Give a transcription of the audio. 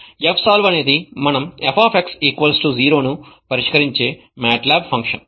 fsolve అనేది మనం f 0 ను పరిష్కరించే మాట్ లాబ్ ఫంక్షన్